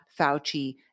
Fauci